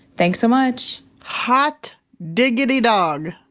thanks so much hot diggity dog.